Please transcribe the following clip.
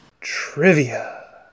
Trivia